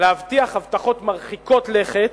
להבטיח הבטחות מרחיקות לכת.